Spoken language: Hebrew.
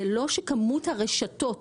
זה לא שכמות הרשתות,